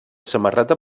samarreta